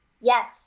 Yes